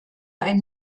ein